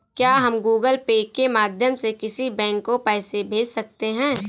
क्या हम Google Pay के माध्यम से किसी बैंक को पैसे भेज सकते हैं?